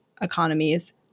economies